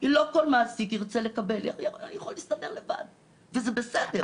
לא כל מעסיק ירצה לקבל, יכול להסתדר לבד וזה בסדר.